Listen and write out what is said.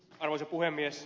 arvoisa puhemies